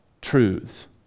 truths